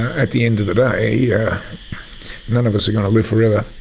at the end of the day, yeah none of us are going to live forever.